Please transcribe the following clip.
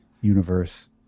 universe